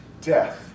death